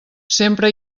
sempre